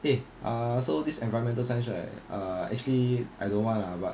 eh ah so this environmental science right uh actually I don't want lah but